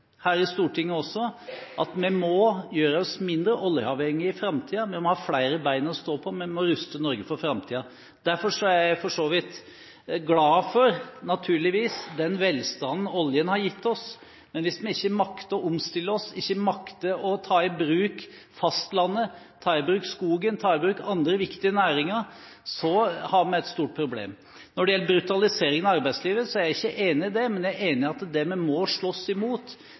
her i Stortinget også – at vi må gjøre oss mindre oljeavhengig i framtiden, vi må ha flere bein å stå på, og vi må ruste Norge for framtiden. Derfor er jeg naturligvis glad for den velstanden oljen har gitt oss. Men hvis vi ikke makter å omstille oss og ta i bruk fastlandet, skogen og andre viktige næringer, har vi et stort problem. Når det gjelder brutalisering av arbeidslivet, er jeg ikke enig i dette. Men jeg er enig i at det vi må slåss imot,